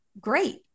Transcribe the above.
Great